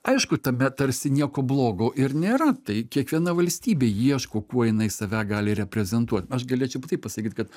aišku tame tarsi nieko blogo ir nėra tai kiekviena valstybė ieško kuo jinai save gali reprezentuot aš galėčiau kitaip pasakyt kad